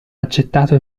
accettato